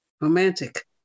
romantic